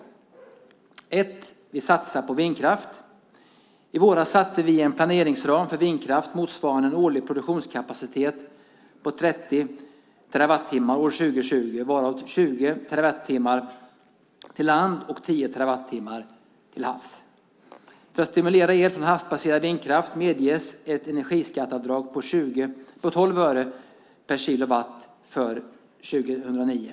För det första satsar vi på vindkraft. I våras satte vi en planeringsram för vindkraft motsvarande en årlig produktionskapacitet på 30 terawattimmar år 2020, varav 20 terawattimmar till lands och 10 terawattimmar till havs. För att stimulera el från havsbaserad vindkraft medges ett energiskatteavdrag på 12 öre per kilowattimme för 2009.